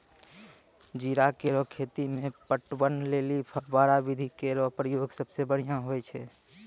जीरा केरो खेती म पटवन लेलि फव्वारा विधि केरो प्रयोग सबसें बढ़ियां होय छै